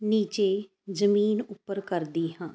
ਨੀਚੇ ਜ਼ਮੀਨ ਉੱਪਰ ਕਰਦੀ ਹਾਂ